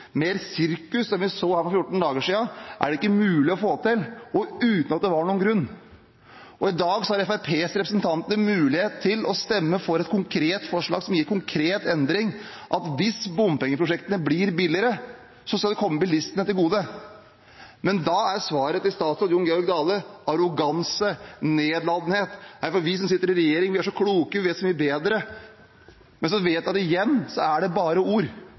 Mer sirkus enn vi så her for 14 dager siden, er det ikke mulig å få til, og uten at det var noen grunn. I dag har Fremskrittspartiets representanter mulighet til å stemme for et konkret forslag som gir konkret endring, om at hvis bompengeprosjektene blir billigere, skal det komme bilistene til gode. Men da er svaret til statsråd Jon Georg Dale arroganse og nedlatenhet, for de som sitter i regjering, er så mye klokere og vet så mye bedre. Men igjen vet man at det bare er ord.